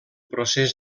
procés